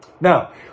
Now